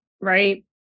right